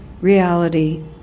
reality